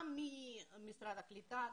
גם ממשרד הקליטה,